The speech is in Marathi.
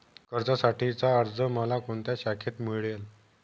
कर्जासाठीचा अर्ज मला कोणत्या शाखेत मिळेल?